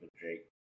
Jake